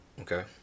Okay